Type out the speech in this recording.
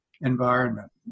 environment